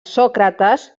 sòcrates